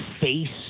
face